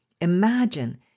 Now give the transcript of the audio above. Imagine